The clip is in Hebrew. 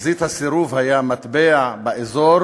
לחזית הסירוב היה מטבע באזור,